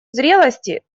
зрелости